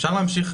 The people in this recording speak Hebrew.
אפשר להמשיך,